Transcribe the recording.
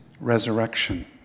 resurrection